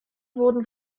wurden